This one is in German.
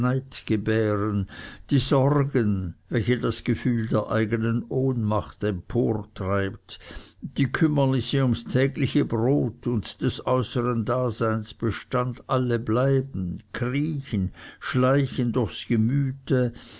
gebären die sorgen welche das gefühl der eigenen ohnmacht emportreibt die kümmernisse ums tägliche brot und des äußeren daseins bestand alle bleiben kriechen und schleichen durchs gemüte